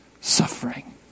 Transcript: suffering